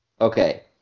Okay